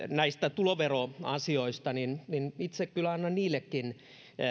näistä tuloveroasioista itse kyllä annan niillekin